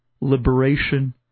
liberation